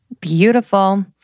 Beautiful